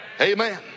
Amen